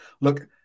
Look